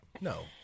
No